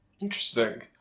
Interesting